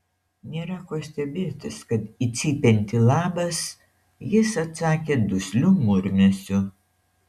nėra ko stebėtis kad į cypiantį labas jis atsakė dusliu murmesiu